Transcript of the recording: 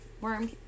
Worm